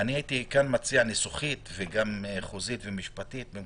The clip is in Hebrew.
ניסוחית וחוזית ומשפטית הייתי מציע,